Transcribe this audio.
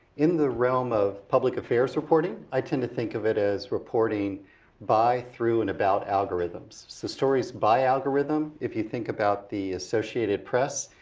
in the realm of public affairs reporting, i tend to think of it as reporting by, through, and about algorithms. so stories by algorithm, if you think about the associated press,